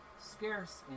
scarce